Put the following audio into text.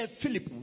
Philip